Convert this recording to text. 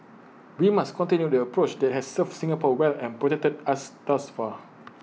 we must continue the approach that has served Singapore well and protected us thus far